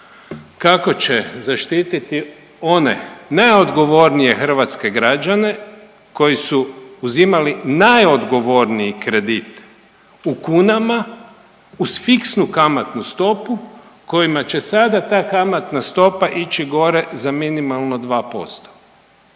kako će zaštititi one najodgovornije hrvatske građane koji su uzimali najodgovorniji kredit u kunama uz fiksnu kamatnu stopu kojima će sada ta kamatna stopa ići gore za minimalno 2%.